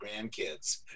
grandkids